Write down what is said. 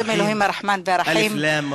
בשם אלוהים הרחמן והרחום,